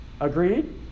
Agreed